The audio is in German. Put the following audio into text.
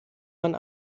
man